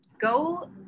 Go